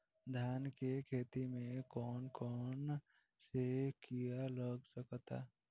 धान के खेती में कौन कौन से किड़ा लग सकता?